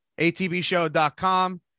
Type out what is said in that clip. atbshow.com